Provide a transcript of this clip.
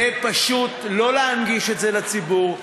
זה פשוט לא להנגיש את זה לציבור,